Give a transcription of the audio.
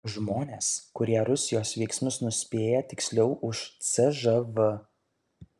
žmonės kurie rusijos veiksmus nuspėja tiksliau už cžv